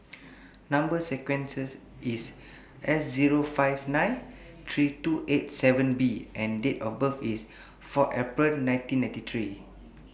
Number sequence IS S Zero five nine three two eight seven B and Date of birth IS four April nineteen ninety three